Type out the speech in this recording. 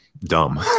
dumb